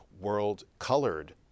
world-colored